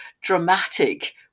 dramatic